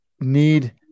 need